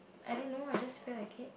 I don't know I just feel like it